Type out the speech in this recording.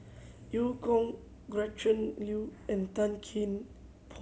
Eu Kong Gretchen Liu and Tan Kian Por